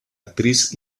actriz